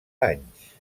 anys